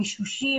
מישושים,